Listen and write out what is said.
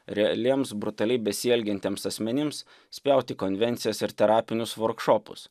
realiems brutaliai besielgiantiems asmenims spjauti į konvencijas ir terapinius vorkšopus